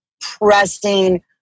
pressing